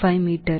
5 metre